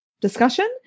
discussion